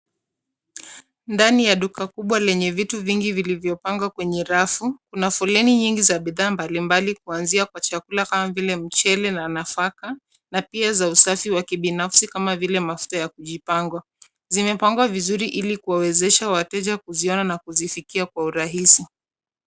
Ndani ya duka kubwa lenye vitu vingi vilivyopangwa kwenye rafu. Kuna foleni nyingi za bidhaa mbalimbali kuanzia kwa chakula kama vile mchele na nafaka. Na pia za usafi wa kibinafsi kama vile mafuta ya kujipaka. Zimepangwa vizuri ili kuwawezesha wateja kuziona na kuzifikia kwa urahisi.